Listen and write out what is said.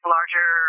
Larger